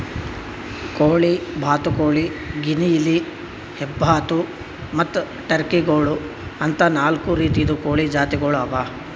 ಕೋಳಿ, ಬಾತುಕೋಳಿ, ಗಿನಿಯಿಲಿ, ಹೆಬ್ಬಾತು ಮತ್ತ್ ಟರ್ಕಿ ಗೋಳು ಅಂತಾ ನಾಲ್ಕು ರೀತಿದು ಕೋಳಿ ಜಾತಿಗೊಳ್ ಅವಾ